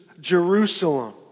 Jerusalem